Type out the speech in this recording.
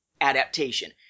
adaptation